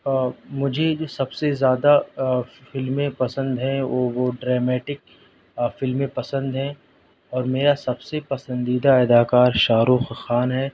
اور مجھے جو سب زیادہ فلمیں پسند ہیں وہ وہ ڈ ریمیٹک فلمیں پسند ہیں اور میرا سب سے پسندیدہ اداکار شاہ رخ خان ہے